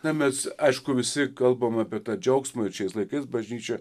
na mes aišku visi kalbame apie tą džiaugsmo ir šiais laikais bažnyčia